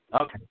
Okay